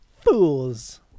Fools